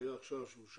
שהיה עכשיו, שאושר.